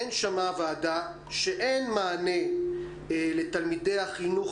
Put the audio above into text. כן שמעה הוועדה שאין מענה לתלמידי החינוך